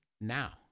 Now